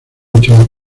últimos